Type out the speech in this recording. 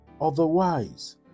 Otherwise